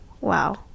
Wow